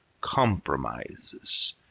Compromises